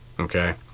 Okay